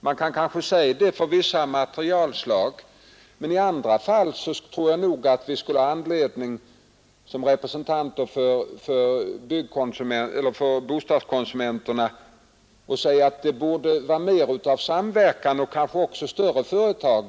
Man kan kanske säga det beträffande vissa materialslag, men i andra fall skulle vi nog som representanter för bostadskonsumenterna ha anledning att säga att det borde vara mer av samverkan, kanske också större företag.